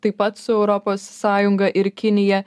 taip pat su europos sąjunga ir kinija